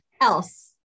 else